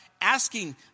asking